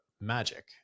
magic